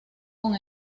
con